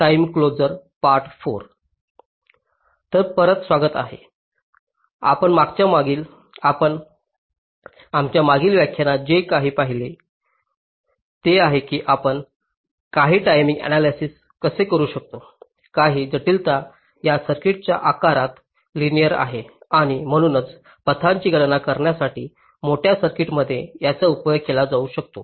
तर परत स्वागत आहे आपण आमच्या मागील व्याख्यानात जे काही पाहिले आहे ते हे आहे की आपण काही टाईमिंग आण्यालायसिस कसे करू शकतो ज्याची जटिलता या सर्किटच्या आकारात लिनिअर आहे आणि म्हणूनच पथांची गणना करण्यासाठी मोठ्या सर्कीटमध्ये याचा उपयोग केला जाऊ शकतो